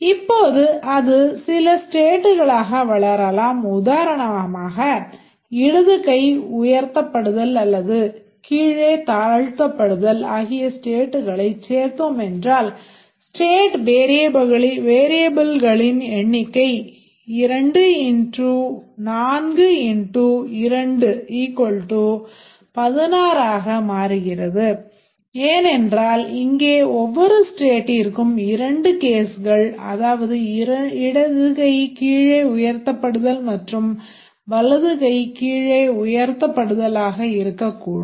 இப்போது அது சில ஸ்டேட்களாக வளரலாம் அதாவது இடது கை கீழே உயர்த்தபடுதல் மற்றும் வலது கை கீழே உயர்த்தபடுதலாக இருக்கக்கூடும்